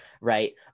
right